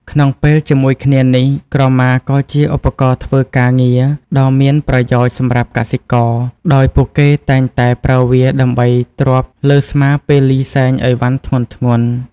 ក្នុងពេលជាមួយគ្នានេះ ក្រមាក៏ជា ឧបករណ៍ធ្វើការងារ ដ៏មានប្រយោជន៍សម្រាប់កសិករ ដោយពួកគេតែងតែប្រើវាដើម្បីទ្រាប់លើស្មាពេលលីសែងអីវ៉ាន់ធ្ងន់ៗ។